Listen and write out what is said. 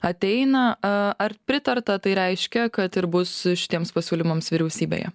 ateina ar pritarta tai reiškia kad ir bus šitiems pasiūlymams vyriausybėje